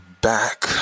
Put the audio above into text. back